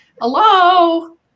Hello